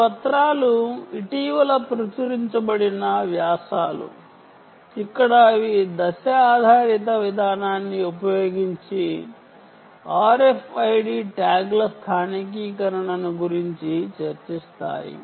ఈ పేపర్ లు ఇటీవల ప్రచురించబడిన వ్యాసాలు ఇక్కడ అవి ఫేస్ ఆధారిత విధానాన్ని ఉపయోగించి RFID ట్యాగ్ల స్థానికీకరణ గురించి చర్చించబడ్డాయి